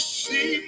see